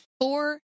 Four